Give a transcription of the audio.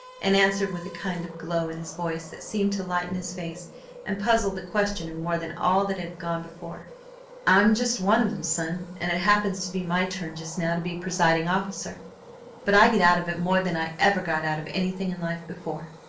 and answered with a kind of glow in his voice that seemed to lighten his face and puzzled the questioner more than all that had gone before i'm just one of them, son, and it happens to be my turn just now to be presiding officer but i get out of it more than i ever got out of anything in life before.